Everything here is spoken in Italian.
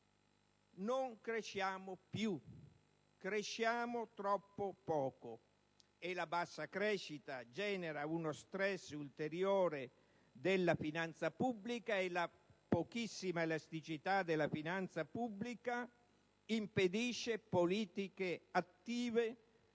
non cresciamo più. Cresciamo troppo poco. E la bassa crescita genera uno *stress* ulteriore della finanza pubblica e la pochissima elasticità della finanza pubblica impedisce politiche attive